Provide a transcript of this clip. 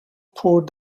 poured